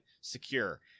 secure